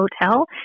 hotel